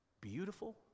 beautiful